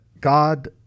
God